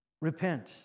Repent